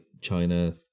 China